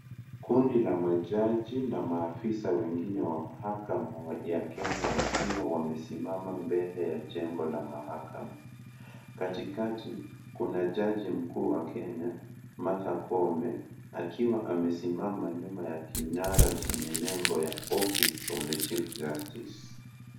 Kundi la majaji na ma afisa wengine wa mahakama wa Kenya wakiwa wamesimama mbele ya jengo la mahakama . Katikati kuna jaji mkuu wa Kenya Martha Koome, akiwa amesimama nyuma ya kinara chenye nembo ya Office Of The Chief Justice.